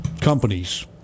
companies